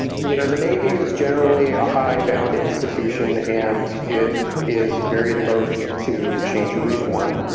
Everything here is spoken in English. you know, the navy is generally a hidebound institution and it is very loath to change a reform.